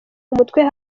umutwe